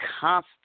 constant